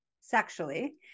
sexually